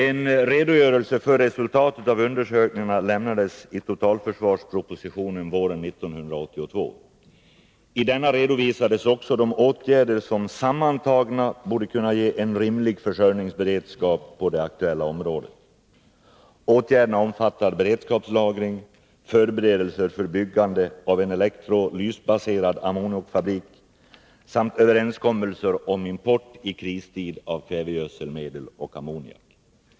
En redogörelse för resultatet av undersökningarna lämnades i totalförsvarspropositionen våren 1982 . I denna redovisades också de åtgärder som sammantagna borde kunna ge en rimlig försörjningsberedskap på det aktuella området. Åtgärderna omfattar beredskapslagring, förberedelser för byggande av en elektrolysbaserad ammoniakfabrik samt överenskommelser om import i kristid av kvävegödselmedel och ammoniak.